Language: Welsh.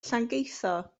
llangeitho